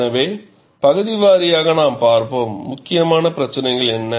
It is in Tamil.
எனவே பகுதி வாரியாக நாம் பார்ப்போம் முக்கியமான பிரச்சினைகள் என்ன